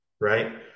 right